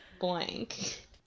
blank